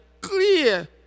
clear